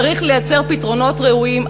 צריך לייצר פתרונות ראויים,